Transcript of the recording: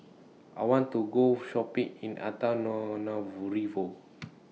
I want to Go Shopping in Antananarivo